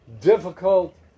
difficult